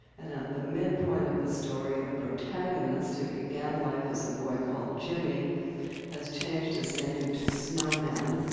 and at the midpoint of the story, the protagonist, who began life as a boy called jimmy has changed his name to snowman.